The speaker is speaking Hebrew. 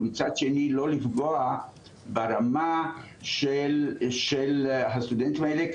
ומצד שני לא לפגוע ברמה של הסטודנטים האלה,